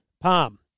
Palm